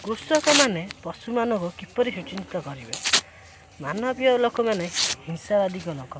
କୃଷକମାନେ ପଶୁମାନଙ୍କୁ କିପରି ସୁଚିନ୍ତିତ କରିବେ ମାନବୀୟ ଲୋକମାନେ ହିଂସାବାଦିକ ଲୋକ